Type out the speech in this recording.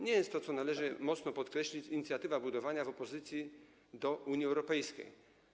Nie jest to, co należy mocno pokreślić, inicjatywa budowana w opozycji do Unii Europejskiej.